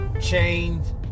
chained